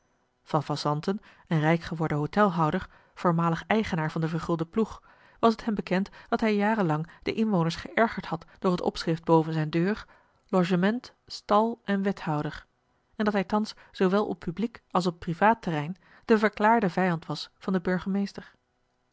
van zanten een rijk geworden hôtelhouder voormalig eigenaar van den vergulden ploeg was t hem bekend dat hij jaren lang de inwoners geërgerd had door het opschrift boven zijn deur logement stal en wethouder en dat hij thans zoowel op publiek als op privaat terrein de verklaarde vijand was van den burgemeester